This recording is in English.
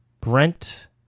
Brent